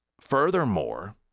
Furthermore